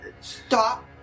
stop